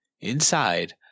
Inside